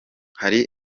hari